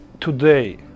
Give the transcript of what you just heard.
today